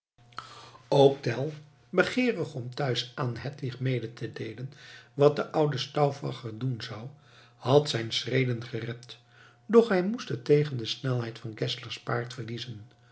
ook tell begeerig om thuis aan hedwig mede te deelen wat de oude stauffacher doen zou had zijne schreden gerept doch hij moest het toch tegen de snelheid van geszlers paard verliezen